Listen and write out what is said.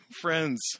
Friends